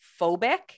phobic